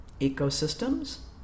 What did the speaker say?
ecosystems